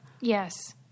Yes